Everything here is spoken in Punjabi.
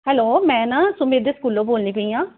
ਹੈਲੋ ਮੈਂ ਨਾ ਸੁਮਿਤ ਦੇ ਸਕੂਲੋਂ ਬੋਲਦੀ ਪਈ ਹਾਂ